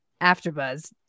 AfterBuzz